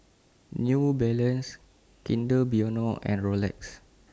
New Balance Kinder Bueno and Rolex